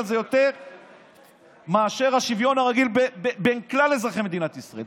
זה יותר מאשר השוויון הרגיל בין כלל אזרחי מדינת ישראל.